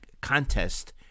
contest